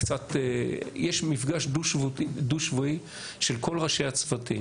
יש מפגש דו-שבועי של כל ראשי הצוותים.